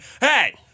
Hey